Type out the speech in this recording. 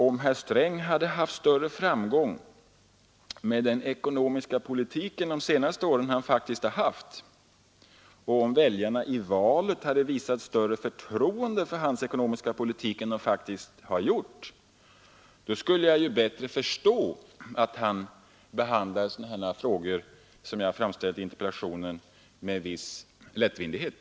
Om herr Sträng haft större framgång med den ekonomiska politiken de senaste åren än han haft och om väljarna i valet hade visat större förtroende för hans ekonomiska politik skulle jag bättre förstå att han behandlar de frågor jag ställt i interpellationen med en viss lättvindighet.